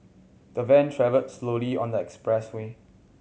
the van travelled slowly on the expressway